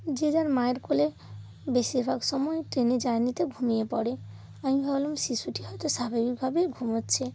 যে যার মায়ের কোলে বেশিরভাগ সময় ট্রেনে জার্নিতে ঘুমিয়ে পড়ে আমি ভাবলাম শিশুটি হয়তো স্বাভাবিকভাবেই ঘুমোচ্ছে